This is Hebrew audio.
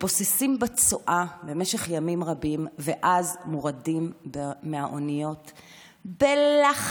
מתבוססים בצואה במשך ימים רבים ואז מורדים מהאוניות בלחץ,